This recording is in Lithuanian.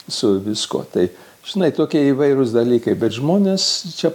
su viskuo tai žinai tokie įvairūs dalykai bet žmonės čia